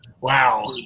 wow